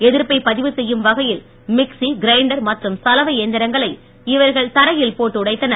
எதிர்ப்பை பதிவு செய்யும் வகையில் மிக்ஸி கிரைண்டர் மற்றும் சலவை இயந்திரங்களை இவர்கள் தரையில் போட்டு உடைத்தனர்